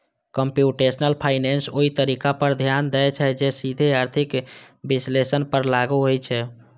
computational finance ओइ तरीका पर ध्यान दै छै, जे सीधे आर्थिक विश्लेषण पर लागू होइ छै